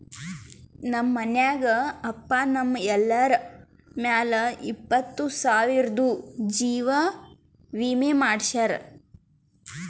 ನಮ್ ಮನ್ಯಾಗ ಪಪ್ಪಾ ನಮ್ ಎಲ್ಲರ ಮ್ಯಾಲ ಇಪ್ಪತ್ತು ಸಾವಿರ್ದು ಜೀವಾ ವಿಮೆ ಮಾಡ್ಸ್ಯಾರ